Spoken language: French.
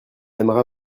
aimera